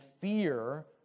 fear